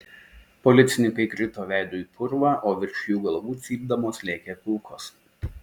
policininkai krito veidu į purvą o virš jų galvų cypdamos lėkė kulkos